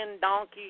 donkey